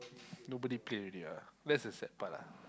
nobody play already ah that's the sad part lah